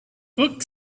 book